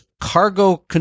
cargo